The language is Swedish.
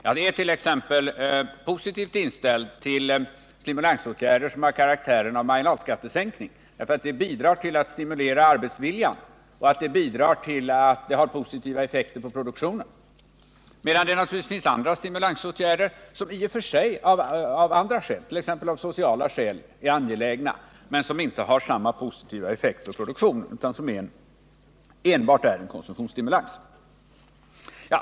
Jag är t.ex. positivt inställd till stimulansåtgärder som har karaktären av marginalskattesänkning, därför att de bidrar till att stimulera arbetsviljan, och detta har positiva effekter på produktionen, medan det naturligtvis finns andra stimulansåtgärder som i och för sig —t.ex. av sociala skäl — är angelägna men som inte har samma positiva effekt på produktionen utan enbart är en konsumtionsstimulans.